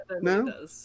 No